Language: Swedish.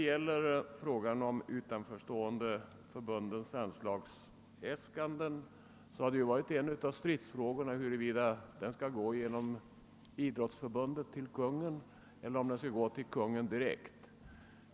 I frågan om de utanförstående förbundens anslagsäskanden har det ju varit ett tvisteämne om dessa skall framföras via Riksidrottsstyrelsen till Konungen eller till Konungen direkt.